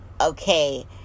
Okay